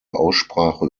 aussprache